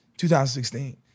2016